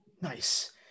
Nice